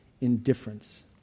indifference